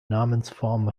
namensform